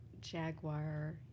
jaguar